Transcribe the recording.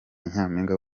nyampinga